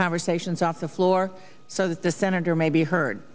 conversations off the floor so that the senator may be heard